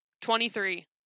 Twenty-three